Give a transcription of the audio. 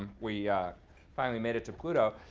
we finally made it to pluto.